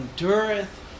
endureth